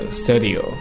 studio